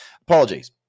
Apologies